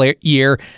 year